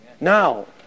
Now